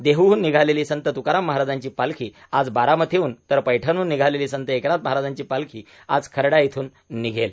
देहूहून निघालेली संत तुकाराम महाराजांची पालखी आज बारामतीहून तर पैठणहून निघालेली संत एकनाथ महाराजांची पालखी आज खर्डा इधून निघेल